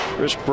Chris